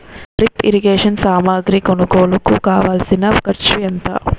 drip irrigation సామాగ్రి కొనుగోలుకు కావాల్సిన ఖర్చు ఎంత